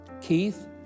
Keith